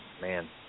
Man